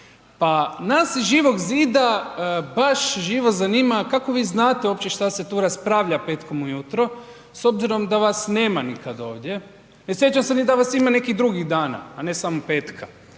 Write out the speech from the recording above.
Pa nas iz Živog zida baš živo zanima kako vi znate uopće šta se tu raspravlja petkom ujutro, s obzirom da vas nema nikad ovdje? Ne sjećam se da vas ima i nekih drugih dana, a ne samo petka.